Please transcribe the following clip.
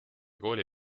kooli